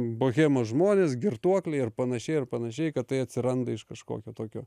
bohemos žmonės girtuokliai ir panašiai ir panašiai kad tai atsiranda iš kažkokio tokio